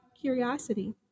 curiosity